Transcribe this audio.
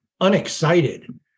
unexcited